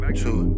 two